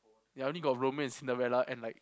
yeah I only got Romeo and Cinderella and like